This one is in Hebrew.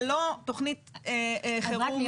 ללא תוכנית חירום מעודכנת.